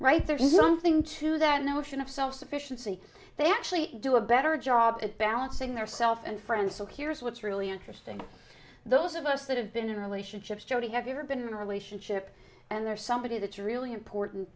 right there's something to that notion of self sufficiency they actually do a better job at balancing their self and friends so here's what's really interesting those of us that have been in relationships jodi have you ever been in a relationship and they're somebody that really important